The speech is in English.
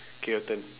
K your turn